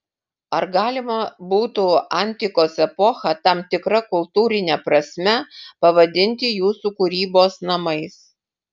ar galima būtų antikos epochą tam tikra kultūrine prasme pavadinti jūsų kūrybos namais